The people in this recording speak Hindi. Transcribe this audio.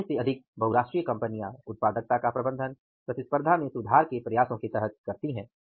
आधे से अधिक बहुराष्ट्रीय कंपनियां उत्पादकता का प्रबंधन प्रतिस्पर्धा में सुधार के प्रयासों के तहत करती हैं